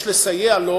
יש לסייע לו,